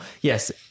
yes